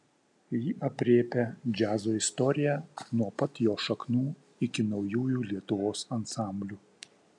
ji aprėpia džiazo istoriją nuo pat jo šaknų iki naujųjų lietuvos ansamblių